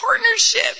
partnership